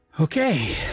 Okay